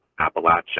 Appalachia